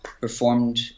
performed